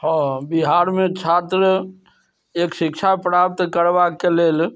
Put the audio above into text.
हँ बिहारमे छात्र एक शिक्षा प्राप्त करबाके लेल